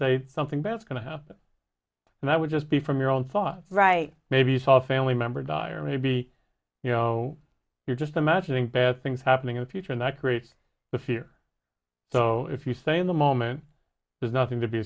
say something bad is going to happen and that would just be from your own saw right maybe you saw a family member die or maybe you know you're just imagining bad things happening in the future and that creates the fear so if you say in the moment there's nothing to be